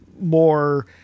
more